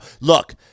Look